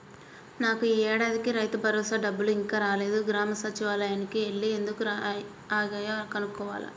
నాకు యీ ఏడాదికి రైతుభరోసా డబ్బులు ఇంకా రాలేదు, గ్రామ సచ్చివాలయానికి యెల్లి ఎందుకు ఆగాయో కనుక్కోవాల